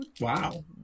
Wow